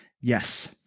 yes